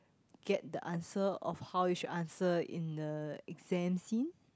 get the answer of how you should answer in the exam scene